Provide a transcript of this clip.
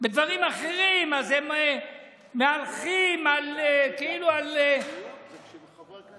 בדברים אחרים הם מהלכים כאילו על קוצים.